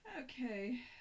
Okay